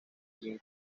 jim